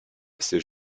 c’est